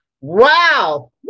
Wow